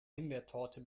himbeertorte